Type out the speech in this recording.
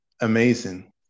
amazing